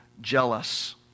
jealous